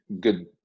good